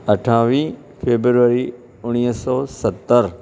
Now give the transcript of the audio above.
अठावीह फैबरेरी उणिवीह सौ सत्रहं